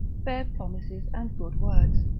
fair promises, and good words,